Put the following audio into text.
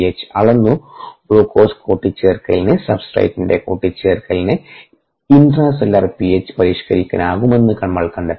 H അളന്നു glucose കൂട്ടിച്ചേർക്കലിന് സബ്സ്ട്രെടിന്റെ കൂട്ടിച്ചേർക്കലിന് ഇൻട്രാസെല്ലുലാർ പിഎച്ച് പരിഷ്കരിക്കാനാകുമെന്ന് നമ്മൾ കണ്ടെത്തി